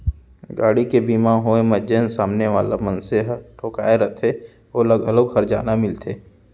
गाड़ी के बीमा होय म जेन सामने वाला मनसे ह ठोंकाय रथे ओला घलौ हरजाना मिलथे